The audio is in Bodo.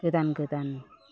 गोदान गोदान